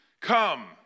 come